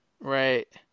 Right